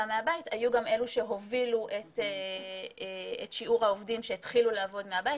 מהבית היו גם אלה שהובילו את שיעור העובדים שהתחילו לעבוד מהבית